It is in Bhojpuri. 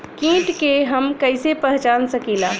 कीट के हम कईसे पहचान सकीला